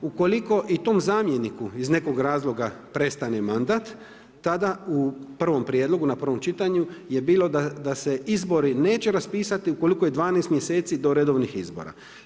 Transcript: Ukoliko i tom zamjeniku iz nekog razloga prestane mandat, tada u prvom prijedlogu na prvom čitanju je bilo da se izbori neće raspisati ukoliko je 12 mjeseci do redovnih izbora.